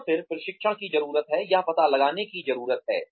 और फिर प्रशिक्षण की जरूरत है यह पता लगाने की जरूरत है